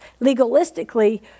legalistically